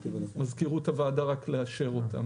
שמזכירות הוועדה תאשר אותם.